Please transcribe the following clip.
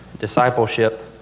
discipleship